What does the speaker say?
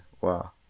Wow